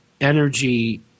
energy